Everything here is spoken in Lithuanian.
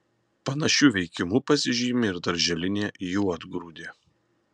panašiu veikimu pasižymi ir darželinė juodgrūdė